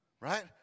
right